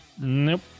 Nope